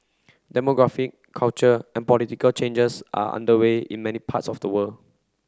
demographic cultural and political changes are underway in many parts of the world